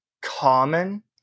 common